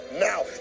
now